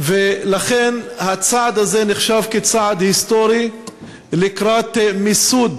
ולכן הצעד הזה נחשב כצעד היסטורי לקראת מיסוד